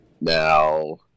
now